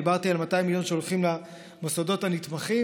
דיברתי על 200 מיליון שהולכים למוסדות הנתמכים,